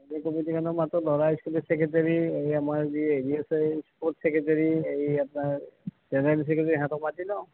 managing কমিটিখনক মাতোঁ ল'ৰাই স্কুলৰ ছেক্ৰেটেৰি এই আমাৰ যি হেৰি আছে স্পৰ্টচ ছেক্ৰেটেৰি এই আপোনাৰ জেনেৰেল ছেক্ৰেটেৰি সিহঁতক মাতি লওঁ